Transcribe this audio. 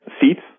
seats